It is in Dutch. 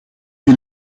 wil